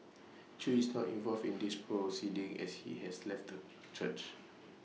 chew is not involved in these proceedings as he has left the church